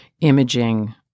imaging